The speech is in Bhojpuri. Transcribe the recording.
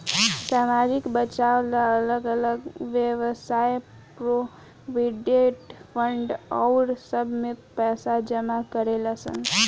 सामाजिक बचाव ला अलग अलग वयव्साय प्रोविडेंट फंड आउर सब में पैसा जमा करेलन सन